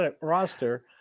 roster